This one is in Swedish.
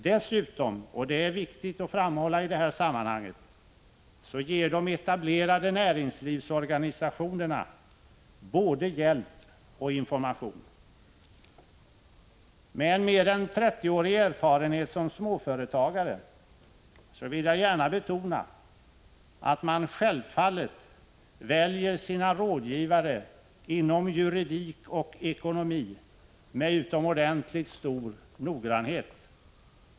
Dessutom, vilket är viktigt att framhålla i detta sammanhang, ger de etablerade näringslivsorganisationerna både hjälp och information. Med en mer än 30-årig erfarenhet som småföretagare vill jag gärna betona att man självfallet väljer sina rådgivare inom juridik och ekonomi med utomordentligt stor noggrannhet.